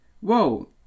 Whoa